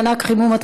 מענק חימום),